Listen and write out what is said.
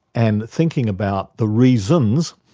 and thinking about the reasons,